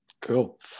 Cool